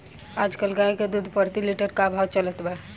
आज कल गाय के दूध प्रति लीटर का भाव चलत बा?